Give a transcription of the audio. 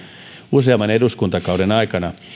useamman eduskuntakauden aikana